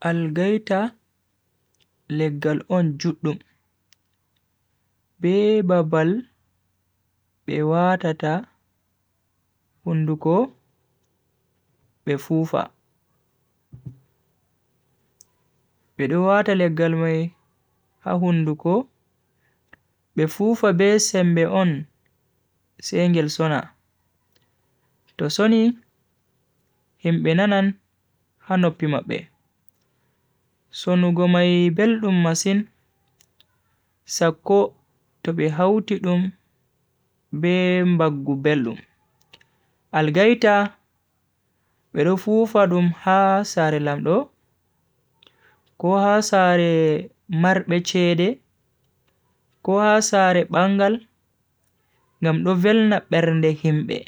Algaita leggal on juldum. Be babal be watata unduko befufa. Bido wataleggal mai ahunduko befufa besembe on sengel sona. Tosoni himbe nanan hanopima be. Sonugomai bellum masin sako tobe hautidum be mbagu bellum. Algaita Bedo fufa dum haa saare lamdo, koha saare marq bechede, koha saare bangal, nga mdo velna bernde himbe.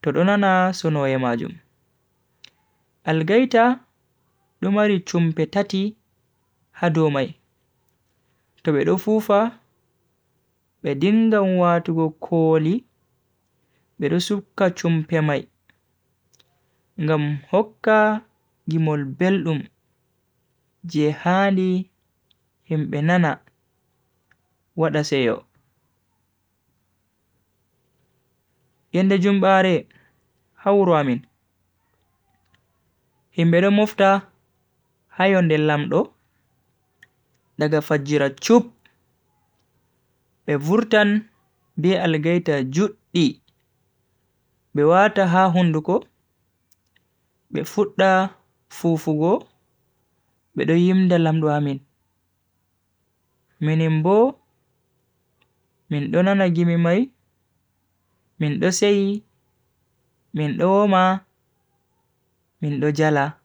Toto nana sono emajum. Algaita, dumari chumpe tati hadomai. Toto bedo fufa bedinda mwa tugo koli bedo sukka chumpe mai. Nga mhoka gimol belum jehadi himbe nana wadaseyo. Yende jumbare, haur wamin. Himbedo mufta, hayonde lamdo, daga fajira chup, bevurtan, bealgayta jut i. Bevata ha hunduko, befuta, fufugo, bedoyimda lamdo wamin. Minimbo, min donanagimimai, min dosei, min doma, min dojala.